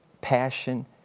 passion